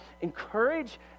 encourage